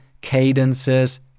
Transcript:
cadences